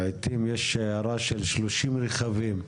לעתים יש שיירה של 30 רכבים.